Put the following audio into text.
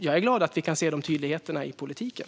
Jag är glad att vi kan se de tydligheterna i politiken.